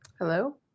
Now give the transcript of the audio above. Hello